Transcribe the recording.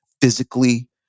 physically